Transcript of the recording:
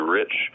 rich